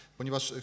ponieważ